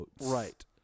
Right